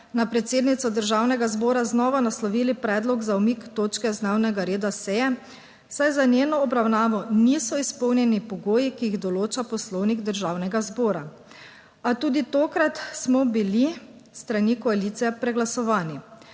na predsednico Državnega zbora znova naslovili predlog za umik točke z dnevnega reda seje, saj za njeno obravnavo niso izpolnjeni pogoji, ki jih določa Poslovnik Državnega zbora, a tudi tokrat smo bili s strani koalicije preglasovani.